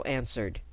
answered